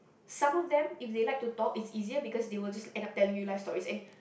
some of them if they like to talk is easier because they will just end up telling you life stories and